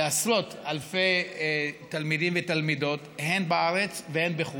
לעשרות אלפי תלמידים ותלמידות, הן בארץ והן בחו"ל.